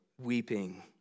weeping